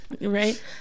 Right